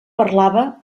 parlava